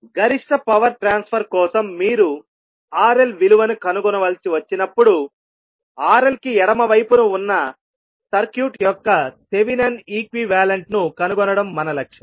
గరిష్ట power transfer కోసం మీరు RL విలువను కనుగొనవలసి వచ్చినప్పుడు RL కి ఎడమవైపున ఉన్న సర్క్యూట్ యొక్క థెవెనిన్ ఈక్వివాలెంట్ ను కనుగొనడం మన లక్ష్యం